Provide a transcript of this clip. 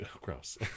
gross